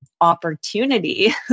opportunity